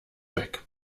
weg